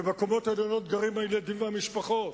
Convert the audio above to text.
ובקומות העליונות גרים הילדים והמשפחות,